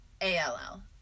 A-L-L